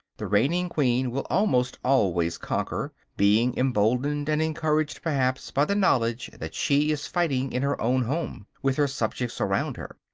the reigning queen will almost always conquer, being emboldened and encouraged perhaps by the knowledge that she is fighting in her own home, with her subjects around her.